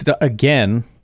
again